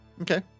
Okay